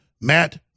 Matt